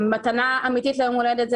זאת מתנה אמיתית ליום הולדת.